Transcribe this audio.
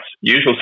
usual